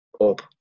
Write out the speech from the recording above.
up